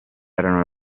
erano